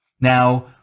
Now